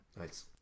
Nice